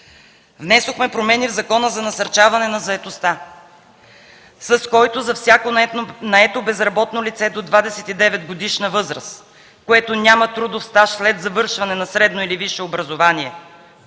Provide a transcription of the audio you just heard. Внесохме промени в Закона за насърчаване на заетостта, с който за всяко наето безработно лице до 29-годишна възраст, което няма трудов стаж след завършване на средно или висше образование,